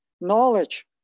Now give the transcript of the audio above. Knowledge